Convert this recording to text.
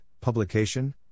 Publication